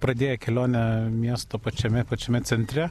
pradėję kelionę miesto pačiame pačiame centre